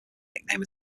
nickname